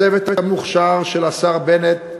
הצוות המוכשר של השר בנט,